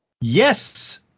Yes